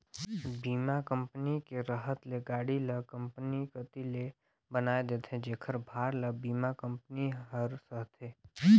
बीमा के रहत ले गाड़ी ल कंपनी कति ले बनाये देथे जेखर भार ल बीमा कंपनी हर सहथे